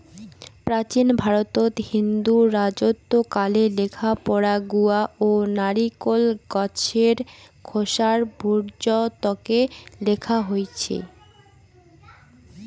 প্রাচীন ভারতত হিন্দু রাজত্বকালে লেখাপড়া গুয়া ও নারিকোল গছের খোসার ভূর্জত্বকে লেখা হইচে